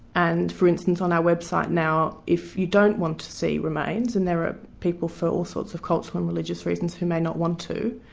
and for instance, on our website now if you don't want to see remains, and there are ah people for all sorts of cultural and religious reasons who may not want to,